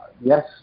yes